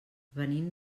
venim